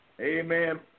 Amen